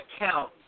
account